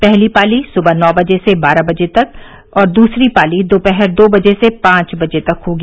पहली पाली सुबह नौ बजे से बारह बजे तक व दूसरी पाली दोपहर दो बजे से पांच बजे तक होगी